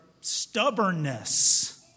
stubbornness